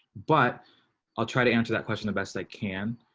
but i'll try to answer that question. the best i can.